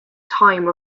time